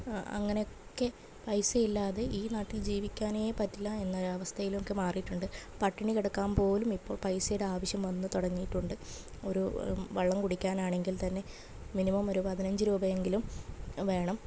അങ്ങനെയൊക്കെ പൈസയില്ലാതെ ഈ നാട്ടിൽ ജീവിക്കാനേ പറ്റില്ല എന്നൊരവസ്ഥയിലോക്ക് മാറീട്ടുണ്ട് പട്ടിണി കിടക്കാമ്പോലും ഇപ്പോൾ പൈസയുടെ ആവശ്യം വന്ന് തുടങ്ങീട്ടുണ്ട് ഒരു വെള്ളം കുടിക്കാനാണെങ്കിൽ തന്നെ മിനിമം ഒരു പതിനഞ്ച് രൂപയെങ്കിലും വേണം